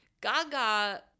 Gaga